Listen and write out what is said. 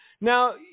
Now